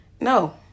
No